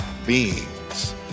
beings